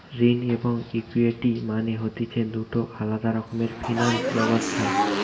ঋণ এবং ইকুইটি মানে হতিছে দুটো আলাদা রকমের ফিনান্স ব্যবস্থা